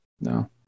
No